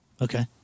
Okay